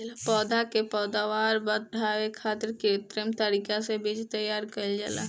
पौधा के पैदावार बढ़ावे खातिर कित्रिम तरीका से बीज तैयार कईल जाला